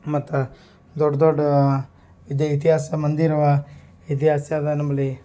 ಮತ್ತು ದೊಡ್ಡ ದೊಡ್ಡ ಇದೇ ಇತಿಹಾಸ ಮಂದಿಯಿರುವ ಇತಿಹಾಸದ ನಂಬಲ್ಲಿ